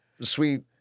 sweet